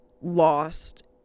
lost